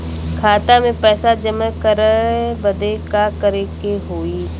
खाता मे पैसा जमा करे बदे का करे के होई?